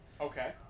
Okay